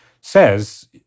says